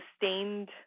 sustained